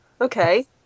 Okay